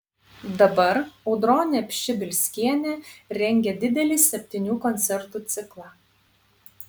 dabar audronė pšibilskienė rengia didelį septynių koncertų ciklą